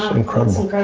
incredible.